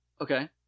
Okay